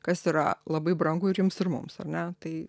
kas yra labai brangu ir jums ir mums ar ne tai